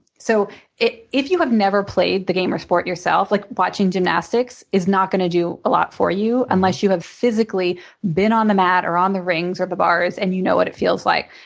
so if you have never played the game or sport yourself, like watching gymnastics is not going to do a lot for you unless you have physically been on the mat or on the rings or the bars and you know what it feels like.